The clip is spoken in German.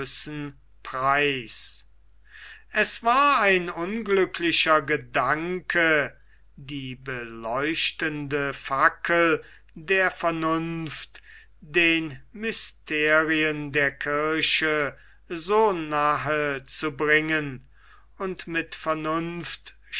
preis es war ein unglücklicher gedanke die beleuchtende fackel der vernunft den mysterien der kirche so nahe zu bringen und mit